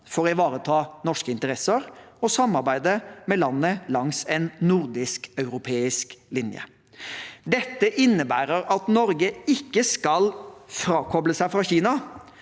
for å ivareta norske interesser og samarbeide med landet langs en nordisk-europeisk linje. Dette innebærer at Norge ikke skal frakoble seg Kina,